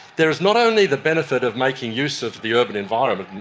there is not only the benefit of making use of the urban environment, and